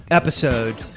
episode